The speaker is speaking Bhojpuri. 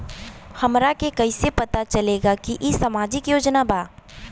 हमरा के कइसे पता चलेगा की इ सामाजिक योजना बा?